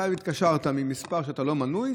אתה התקשרת ממספר שבו אתה לא מנוי,